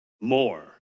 more